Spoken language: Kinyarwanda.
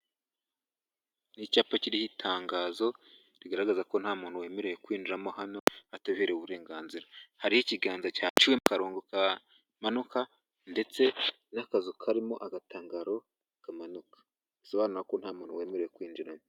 Ni icyapa kiriho itangazo rigaragaza ko nta muntu wemerewe kwinjiramo hano atabiherewe uburenganzira, hariho ikiganza cyaciwemo akarongo kamanuka ndetse n'akazu karimo agatangaro kamanuka, bisobanura ko nta muntu wemerewe kwinjiramo.